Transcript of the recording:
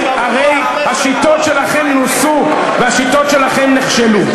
הרי השיטות שלכם נוסו והשיטות שלכם נכשלו.